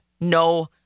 no